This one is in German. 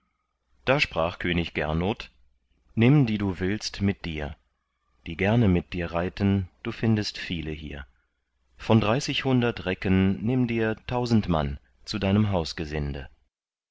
da sprach könig gernot nimm die du willst mit dir die gerne mit dir reiten du findest viele hier von dreißig hundert recken nimm dir tausend mann zu deinem